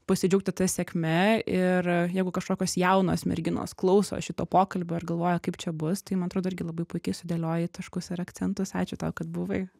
pasidžiaugti ta sėkme ir jeigu kažkokios jaunos merginos klauso šito pokalbio galvoja kaip čia bus tai man atrodo irgi labai puikiai sudėliojai taškus ir akcentus ačiū tau kad buvai